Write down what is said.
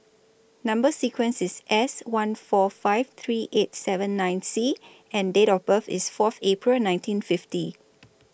Number sequence IS S one four five three eight seven nine C and Date of birth IS Fourth April nineteen fifty